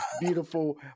beautiful